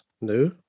no